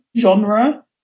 genre